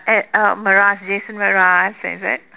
uh Mraz Jason Mraz is it